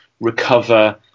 recover